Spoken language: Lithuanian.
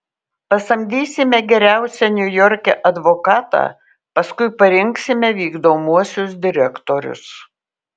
pasamdysime geriausią niujorke advokatą paskui parinksime vykdomuosius direktorius